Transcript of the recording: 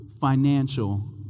financial